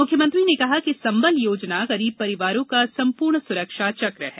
मुख्यमंत्री ने कहा कि संबल योजना गरीब परिवारों का संपूर्ण सुरक्षा चक्र है